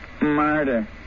Murder